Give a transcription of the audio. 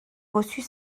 reçut